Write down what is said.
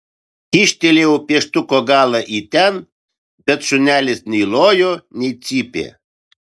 kyštelėjau pieštuko galą ir ten bet šunelis nei lojo nei cypė